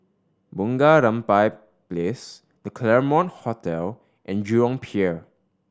Bunga Rampai Place The Claremont Hotel and Jurong Pier